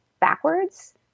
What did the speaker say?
backwards